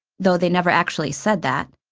though they never actually said that.